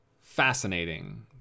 fascinating